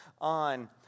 on